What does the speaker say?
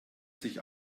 sich